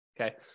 Okay